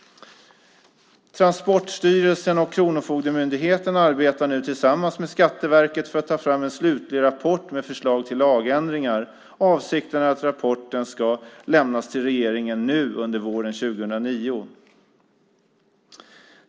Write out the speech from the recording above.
Transportstyrelsen och Kronofogdemyndigheten arbetar nu tillsammans med Skatteverket för att ta fram en slutlig rapport med förslag till lagändringar. Avsikten är att rapporten ska lämnas till regeringen nu under våren 2009.